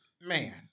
Man